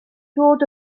dod